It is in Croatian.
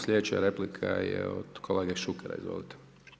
Slijedeća replika je od kolege Šukera, izvolite.